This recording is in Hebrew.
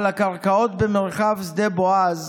על הקרקעות במרחב שדה בועז